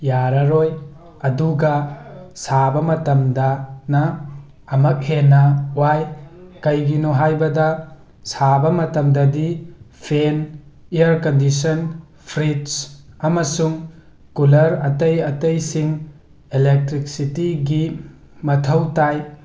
ꯌꯥꯔꯔꯣꯏ ꯑꯗꯨꯒ ꯁꯥꯕ ꯃꯇꯝꯗꯅ ꯑꯃꯨꯛ ꯍꯦꯟꯅ ꯋꯥꯏ ꯀꯔꯤꯒꯤꯅꯣ ꯍꯥꯏꯕꯗ ꯁꯥꯕ ꯃꯇꯝꯗꯗꯤ ꯐꯦꯟ ꯏꯌꯥꯔ ꯀꯟꯗꯤꯁꯟ ꯐ꯭ꯔꯤꯖ ꯑꯃꯁꯨꯡ ꯀꯨꯂꯔ ꯑꯇꯩ ꯑꯇꯩꯁꯤꯡ ꯏꯂꯦꯛꯇ꯭ꯔꯤꯛꯁꯤꯇꯤꯒꯤ ꯃꯊꯧ ꯇꯥꯏ